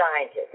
scientists